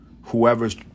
whoever's